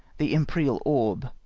the empyreal orb,